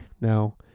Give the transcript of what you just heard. Now